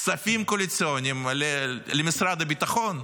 כספים קואליציוניים למשרד הביטחון.